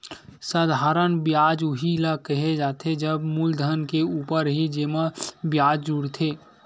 साधारन बियाज उही ल केहे जाथे जब मूलधन के ऊपर ही जेमा बियाज जुड़थे